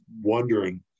wondering